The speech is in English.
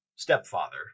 Stepfather